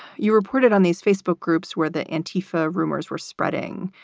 you reported on these facebook groups were the anti for rumors were spreading.